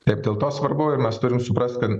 taip dėl to svarbu ir mes turim suprast kad